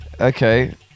okay